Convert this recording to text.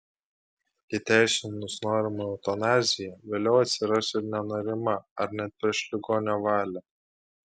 įteisinus norimą eutanaziją vėliau atsiras ir nenorima ar net prieš ligonio valią